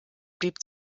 blieb